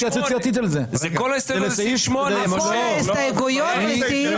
הצבעה מס' 3 בעד ההסתייגות 5 נגד,